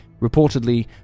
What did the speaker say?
Reportedly